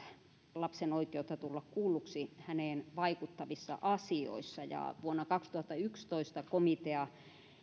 lapsen oikeutta tulla kuulluksi häneen vaikuttavissa asioissa ja vuonna kaksituhattayksitoista komitea